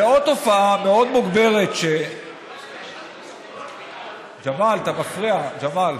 ועוד תופעה מאוד מוגברת, ג'מאל, אתה מפריע, ג'מאל,